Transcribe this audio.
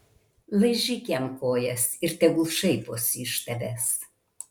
laižyk jam kojas ir tegul šaiposi iš tavęs